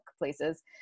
places